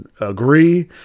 agree